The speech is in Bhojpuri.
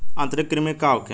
आंतरिक कृमि का होखे?